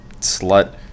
slut